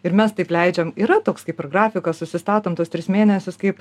ir mes taip leidžiam yra toks kaip ir grafikas susistatom tuos tris mėnesius kaip